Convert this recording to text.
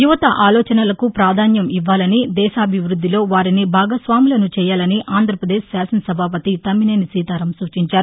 యువత ఆలోచనలకు ప్రాధాన్యం ఇవ్వాలని దేశాభివృద్దిలో వారిని భాగస్వాములను చేయాలని ఆంధ్రప్రదేశ్ శాసనసభాపతి తమ్మినేని సీతారాం సూచించారు